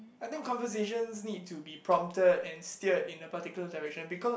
I think conversations need to be prompted and steered in a particular direction because